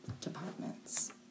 departments